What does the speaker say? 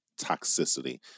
toxicity